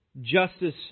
justice